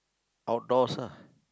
outdoors ah